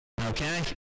Okay